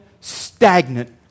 stagnant